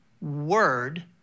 word